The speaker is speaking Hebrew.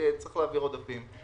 שצריך להעביר עודפים.